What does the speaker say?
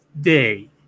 day